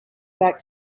back